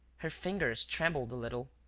her fingers trembled a little.